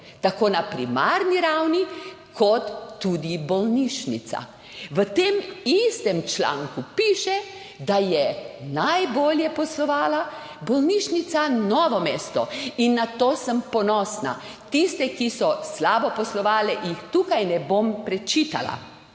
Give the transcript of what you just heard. tako na primarni ravni kot tudi bolnišnica. V tem istem članku piše, da je najbolje poslovala bolnišnica Novo mesto in na to sem ponosna. Tiste, ki so slabo poslovale, jih tukaj ne bom prečitala,